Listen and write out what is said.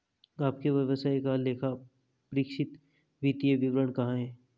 आपके व्यवसाय का लेखापरीक्षित वित्तीय विवरण कहाँ है?